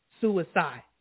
suicide